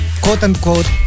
quote-unquote